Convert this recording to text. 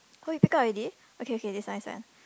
oh you pick up already okay okay this one this one